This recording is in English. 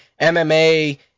mma